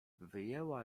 wyjęła